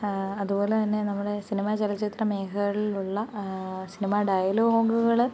അതുപോലെതന്നെ നമ്മുടെ സിനിമ ചലച്ചിത്ര മേഖകളിൽ ഉള്ള സിനിമ ഡയലോഗുകൾ